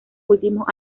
últimos